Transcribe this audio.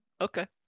Okay